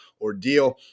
ordeal